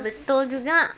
betul juga